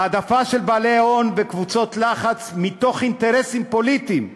העדפה של בעלי ההון וקבוצות לחץ מתוך אינטרסים פוליטיים,